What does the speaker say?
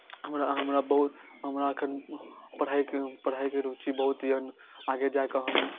हमरा हमरा बहुत हमरा एखन पढ़ाइके पढ़ाइके रूचि बहुत यए आगे जा कऽ हम